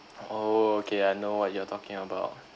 oo okay I know what you are talking about